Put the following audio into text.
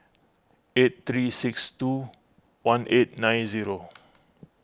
eight three six two one eight nine zero